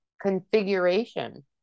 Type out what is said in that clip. configuration